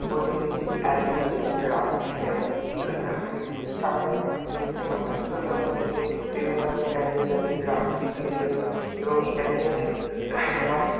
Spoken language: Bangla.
বলে থাকি যে অ্যাড্রেনালিন রাশ এবং কী হয় না বাইক চালানোর ফলে যেমন হয় শরীরের মধ্যে থেকে বিভিন্ন ধরনের অ্যাড্রেনালিন রাশ ইত্যাদি বেরোয় এবং এই অ্যাড্রেনালিন রাশ